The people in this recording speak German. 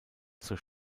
zur